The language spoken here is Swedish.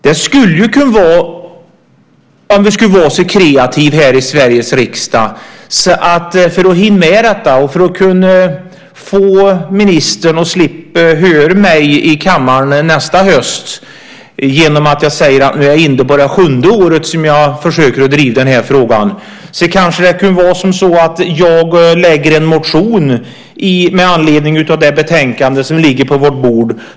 Vi skulle ju kunna vara kreativa här i Sveriges riksdag för att hinna med detta. Då skulle ministern slippa höra mig i kammaren nästa höst säga att vi nu är inne på det sjunde året som jag försöker att driva den här frågan. Det kunde kanske vara så att jag väcker en motion med anledning av det betänkande som ligger på vårt bord.